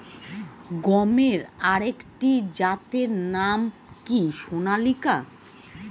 গমের আরেকটি জাতের নাম কি সোনালিকা?